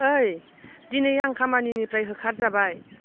ओइ दिनै आं खामानिनिफ्राय होखारजाबाय